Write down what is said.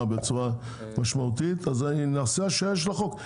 בצורה משמעותית אז נעשה השהייה של החוק.